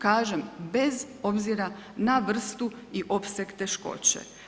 Kažem, bez obzira na vrstu i opseg teškoće.